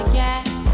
yes